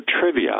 trivia